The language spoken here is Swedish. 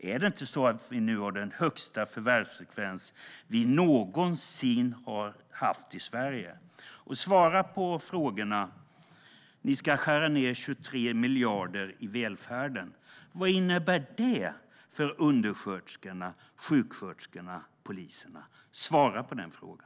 Är det inte så att vi nu har den högsta förvärvsfrekvens som vi någonsin haft i Sverige? Ni ska skära ned välfärden med 23 miljarder. Vad innebär det för undersköterskorna, sjuksköterskorna och poliserna? Svara på frågan!